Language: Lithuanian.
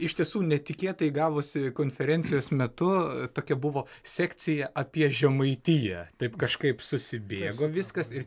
iš tiesų netikėtai gavosi konferencijos metu tokia buvo sekcija apie žemaitiją taip kažkaip susibėgo viskas ir